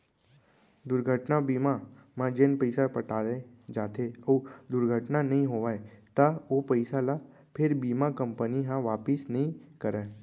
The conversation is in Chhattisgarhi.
दुरघटना बीमा म जेन पइसा पटाए जाथे अउ दुरघटना नइ होवय त ओ पइसा ल फेर बीमा कंपनी ह वापिस नइ करय